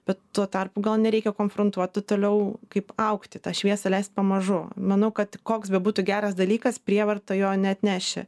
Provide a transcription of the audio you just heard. bet tuo tarpu gal nereikia konfrontuot tu toliau kaip augti tą šviesą leist pamažu manau kad koks bebūtų geras dalykas prievarta jo neatneši